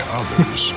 others